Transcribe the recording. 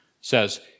says